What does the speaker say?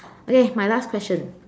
okay my last question